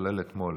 כולל אתמול.